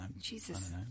Jesus